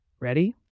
Ready